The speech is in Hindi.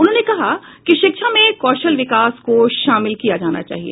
उन्होंने कहा कि शिक्षा में कौशल विकास को शामिल किया जाना चाहिए